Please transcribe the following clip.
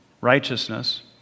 righteousness